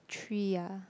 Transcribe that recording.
three ah